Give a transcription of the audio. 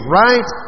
right